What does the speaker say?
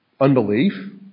unbelief